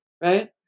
right